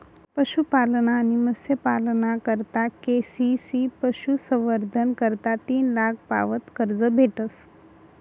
पशुपालन आणि मत्स्यपालना करता के.सी.सी पशुसंवर्धन करता तीन लाख पावत कर्ज भेटस